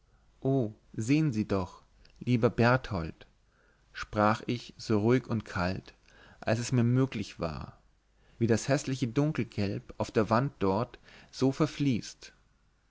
sehn sie doch lieber berthold sprach ich so ruhig und kalt als es mir möglich war wie das häßliche dunkelgelb auf der wand dort so verfließt